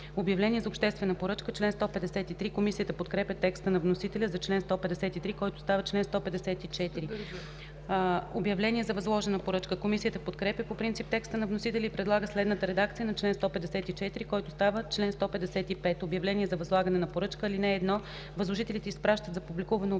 „Обявление за обществена поръчка”. Комисията подкрепя текста на вносителя за чл. 153, който става чл. 154. Член 154 – „Обявление за възложена поръчка”. Комисията подкрепя по принцип текста на вносителя и предлага следната редакция на чл. 154, който става чл. 155: „Обявление за възлагане на поръчка Чл. 155. (1) Възложителите изпращат за публикуване обявление